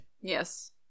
Yes